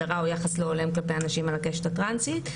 הדרה או יחס לא הולם כלפי אנשים על הקשת הטרנסית,